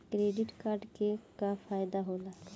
Credit card के का फायदा होला?